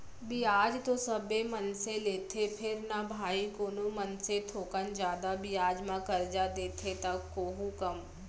बियाज तो सबे मनसे लेथें फेर न भाई कोनो मनसे थोकन जादा बियाज म करजा देथे त कोहूँ कम